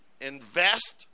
invest